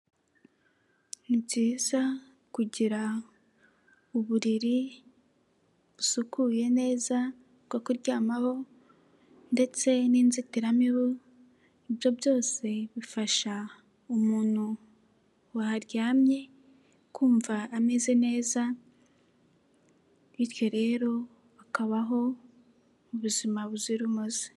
Ni byiza kugira uburiri busukuye neza bwo kuryamaho ndetse n'inzitiramibu, ibyo byose bifasha umuntu waharyamye kumva ameze neza, bityo rero akabaho ubuzima buzira umuze.